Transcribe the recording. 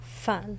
fun